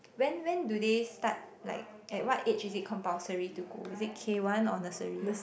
when when do they start like at what age is it compulsory to go is it K-one or nursery